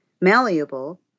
malleable